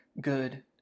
good